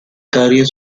carrière